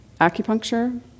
Acupuncture